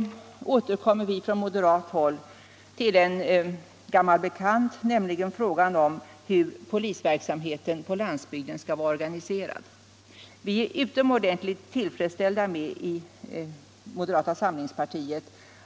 Därefter återkommer vi på moderat håll till en gammal bekant, nämligen frågan om hur polisverksamheten på landsbygden skall vara organiserad. Vi är i moderata samlingspartiet utomordentligt tillfredsställda med